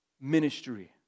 ministry